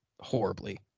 horribly